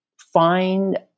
find